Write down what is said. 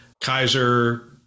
Kaiser